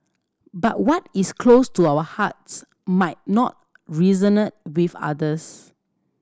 but what is close to our hearts might not resonate with others